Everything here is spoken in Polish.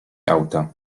auta